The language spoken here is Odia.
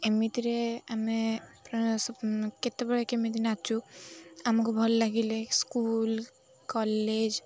ଏମିତିରେ ଆମେ କେତେବେଳେ କେମିତି ନାଚୁ ଆମକୁ ଭଲ ଲାଗିଲେ ସ୍କୁଲ୍ କଲେଜ୍